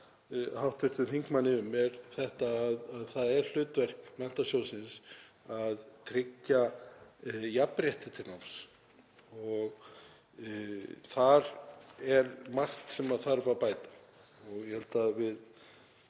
hv. þingmanni um að það er hlutverk Menntasjóðsins að tryggja jafnrétti til náms og þar er margt sem þarf að bæta og ég held að við